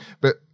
but-